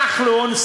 כחלון,